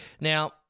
Now